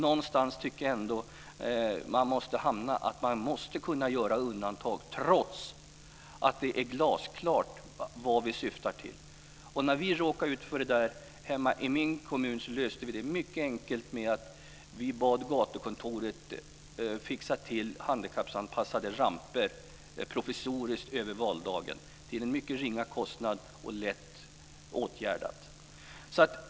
Någonstans tycker jag ändå att man måste kunna göra undantag trots att det är glasklart vad vi syftar till. När vi råkade ut för detta hemma i min kommun löste vi det mycket enkelt genom att vi bad gatukontoret att provisoriskt över valdagen fixa till handikappanpassade ramper till en mycket ringa kostnad och lätt åtgärdat.